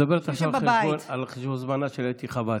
את מדברת עכשיו על חשבון זמנה של אתי חוה עטייה,